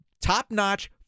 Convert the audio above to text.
top-notch